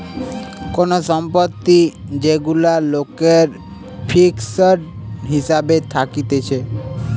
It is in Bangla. কোন সম্পত্তি যেগুলা লোকের ফিক্সড হিসাবে থাকতিছে